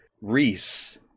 Reese